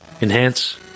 Enhance